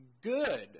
good